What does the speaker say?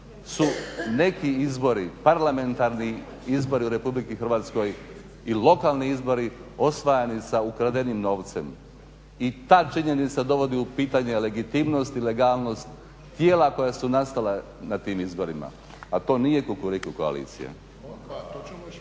su neki izbori parlamentarni izbori u Republici Hrvatskoj i lokalni izbori osvajani sa ukradenim novcem. I ta činjenica dovodi u pitanje legitimnost i legalnost tijela koja su nastala na tim izborima a to nije kukuriku koalicija.